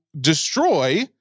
destroy